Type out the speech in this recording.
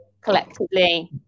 collectively